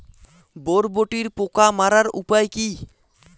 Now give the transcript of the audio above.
বরবটির পোকা মারার উপায় কি?